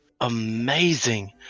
amazing